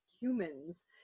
humans